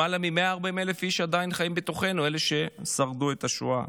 למעלה מ-140,000 איש עדיין חיים בתוכנו מאלה ששרדו את השואה.